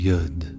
Yud